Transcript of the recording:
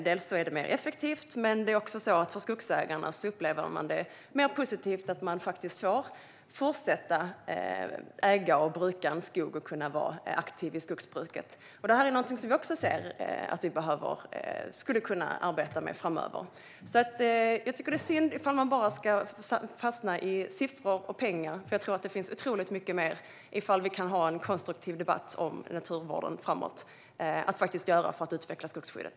Det är mer effektivt, och för skogsägarna upplever man det dessutom som mer positivt att få fortsätta att äga och bruka skogen och att kunna vara aktiva i skogsbruket. Detta är någonting som vi också ser att vi skulle kunna arbeta med framöver. Jag tycker att det är synd om man fastnar i siffror och pengar. Jag tror nämligen att det finns otroligt mycket mer att göra för att utveckla skogsskyddet om vi kan ha en konstruktiv debatt om naturvården framöver.